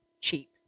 cheap